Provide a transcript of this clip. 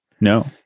No